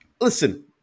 listen